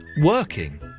working